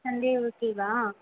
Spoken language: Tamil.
சண்டே ஓகேவா